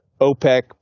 opec